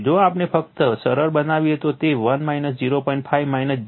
જો આપણે ફક્ત સરળ બનાવીએ તો તે 1 0